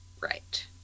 Right